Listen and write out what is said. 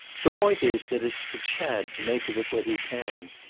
the point is that it's for chad to make of it what he can.